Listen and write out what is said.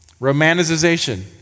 romanticization